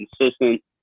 consistent